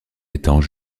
étang